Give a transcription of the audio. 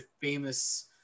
famous